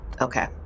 Okay